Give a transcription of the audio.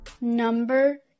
number